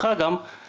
בסך 30,000 אירו.